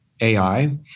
AI